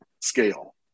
scale